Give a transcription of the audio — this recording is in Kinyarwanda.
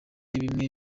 bimwe